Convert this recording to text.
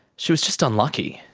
she was just unlucky.